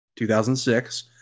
2006